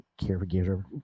caregiver